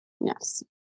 Yes